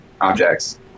objects